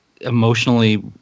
emotionally